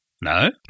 No